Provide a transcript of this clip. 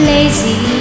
Lazy